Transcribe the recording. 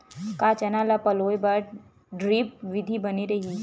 का चना ल पलोय बर ड्रिप विधी बने रही?